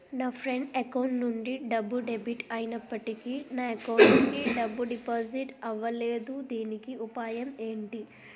నా friend account నుండి డబ్బు డెబిట్ అయినప్పటికీ నా అకౌంట్ కి డబ్బు డిపాజిట్ అవ్వలేదుదీనికి ఉపాయం ఎంటి?